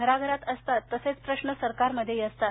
घराघरात असतात तसेच प्रश्न सरकारमध्येही असतात